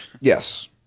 Yes